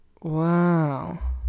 Wow